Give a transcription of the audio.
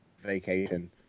vacation